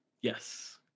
Yes